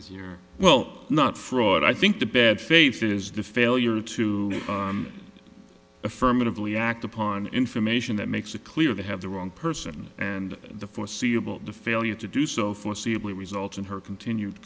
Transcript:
is your well not fraud i think the bad faith is the failure to affirmatively act upon information that makes it clear they have the wrong person and the foreseeable the failure to do so foreseeable results in her continued